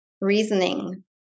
reasoning